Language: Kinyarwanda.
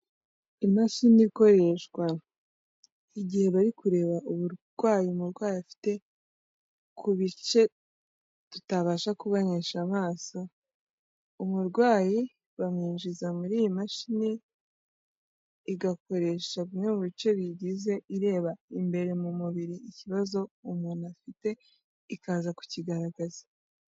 Imashini ikoreshwa, igihe bari kureba uburwayi umurwayi afite ku bice tutabasha kubonesha amaso, umurwayi bamwinjiza muri iyi mashini, igakoresha bimwe mu bice biyigize ireba imbere mu mubiri ikibazo umuntu afite ikaza kukigaragaza.